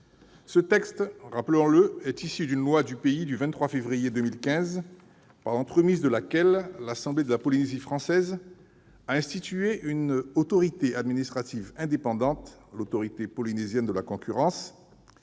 Ce texte, rappelons-le, est issu d'une loi du pays du 23 février 2015, par l'entremise de laquelle l'Assemblée de la Polynésie française a institué une autorité administrative indépendante, l'Autorité polynésienne de la concurrence,